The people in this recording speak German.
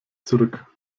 zurück